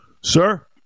Sir